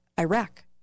Iraq